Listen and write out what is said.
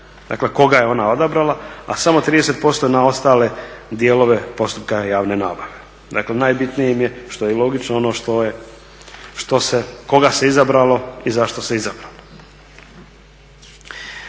dakle koga je ona odabrala, a samo 30% na ostale dijelove postupka javne nabave. Dakle, najbitnije im je, što je i logično, ono što se, koga se izabralo i zašto se izabralo.